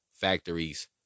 factories